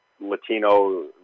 latino